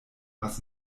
was